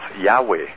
Yahweh